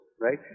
right